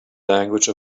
language